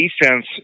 defense